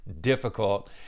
difficult